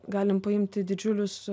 galim paimti didžiulius